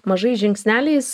mažais žingsneliais